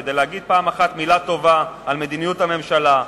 כדי להגיד פעם אחת מלה טובה על מדיניות הממשלה,